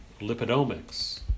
lipidomics